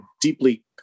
deeply